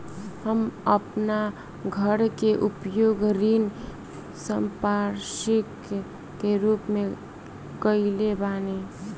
हम आपन घर के उपयोग ऋण संपार्श्विक के रूप में कइले बानी